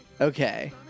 Okay